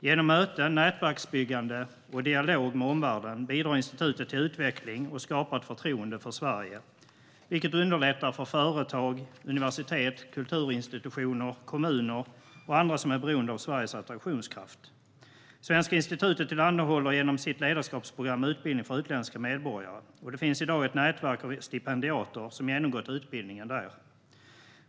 Genom möten, nätverksbyggande och dialog med omvärlden bidrar institutet till utveckling och skapar ett förtroende för Sverige, vilket underlättar för företag, universitet, kulturinstitutioner, kommuner och andra som är beroende av Sveriges attraktionskraft. Svenska institutet tillhandahåller genom sitt ledarskapsprogram utbildning för utländska medborgare, och det finns i dag ett nätverk av stipendiater som genomgått utbildningen där.